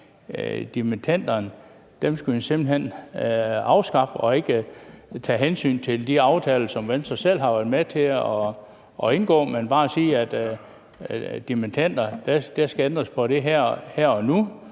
afskaffe dimittendsatsen og ikke tage hensyn til de aftaler, som Venstre selv har været med til at indgå, men bare sige, at det med dimittenderne er noget,